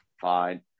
fine